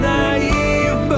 naive